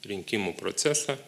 rinkimų procesą